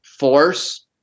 force